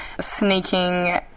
sneaking